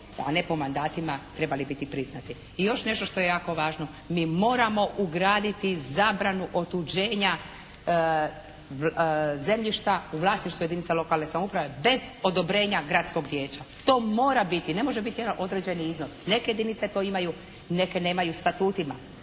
a ne po mandatima, trebali biti priznati. I još nešto što je jako važno. Mi moramo ugraditi zabranu otuđenja zemljišta u vlasništvu jedinica lokalne samouprave bez odobrenja gradskog vijeća, to mora biti. Ne može biti jedan određeni iznos. Neke jedinice to imaju, neke nemaju statutima.